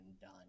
done